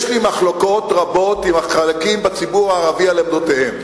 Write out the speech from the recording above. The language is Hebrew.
יש לי מחלוקות רבות עם חלקים בציבור הערבי על עמדותיהם,